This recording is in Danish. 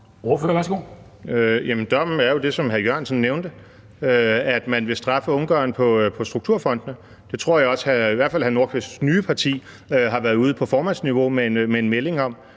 (DF): Jamen dommen er jo det, som hr. Jørgensen nævnte, nemlig at man vil straffe Ungarn på strukturfondene. Det tror jeg også i hvert fald hr. Nordqvists nye parti har været ude på formandsniveau med en melding om,